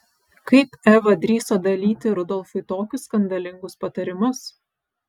kaip eva drįso dalyti rudolfui tokius skandalingus patarimus